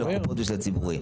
של הקופות ושל הציבורי.